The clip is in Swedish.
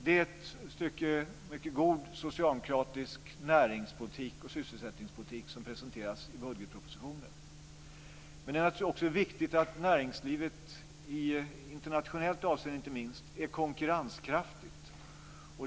Det är ett stycke mycket god socialdemokratisk näringspolitik och sysselsättningspolitik som presenteras i budgetpropositionen. Men det är också viktigt att näringslivet, inte minst i internationellt avseende, är konkurrenskraftigt.